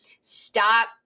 stop